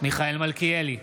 מיכאל מלכיאלי,